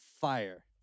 fire